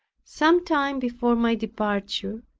some time before my departure,